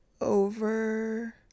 over